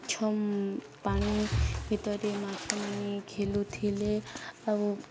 ମାଛ ପାଣି ଭିତରେ ମାଛମାନେ ଖେଳୁଥିଲେ ଆଉ